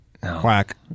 Quack